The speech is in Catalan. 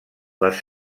les